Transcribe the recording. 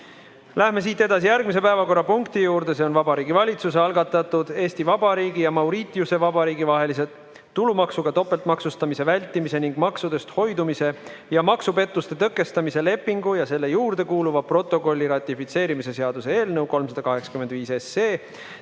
Läheme siit edasi järgmise päevakorrapunkti juurde. See on Vabariigi Valitsuse algatatud Eesti Vabariigi ja Mauritiuse Vabariigi vahelise tulumaksudega topeltmaksustamise vältimise ning maksudest hoidumise ja maksupettuste tõkestamise lepingu ja selle juurde kuuluva protokolli ratifitseerimise seaduse eelnõu 385.